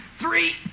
three